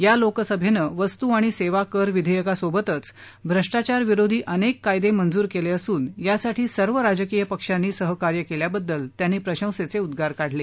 या लोकसभेनं वस्तू आणि सेवा कर विधेयकासोबत भ्रष्टाचारविरोधी अनेक कायदे मंजूर केले असून यासाठी सर्व राजकीय पक्षांनी सहकार्य केल्याबद्दल त्यांनी प्रशंसेचे उदगार काढले